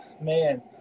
man